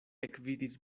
ekvidis